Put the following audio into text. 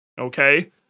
okay